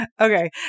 Okay